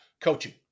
coaching